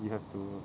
you have to